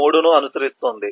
3 ను అనుసరిస్తుంది